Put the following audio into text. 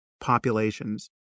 populations